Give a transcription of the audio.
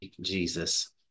Jesus